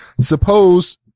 Suppose